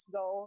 go